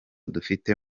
dufite